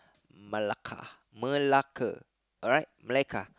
Malacca Melaka